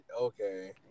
okay